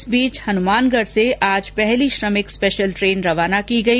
इस बीच हनुमानगढ से आज पहली श्रमिक स्पेशल ट्रेन रवाना की गई